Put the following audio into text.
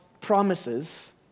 promises